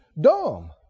dumb